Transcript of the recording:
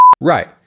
right